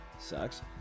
sucks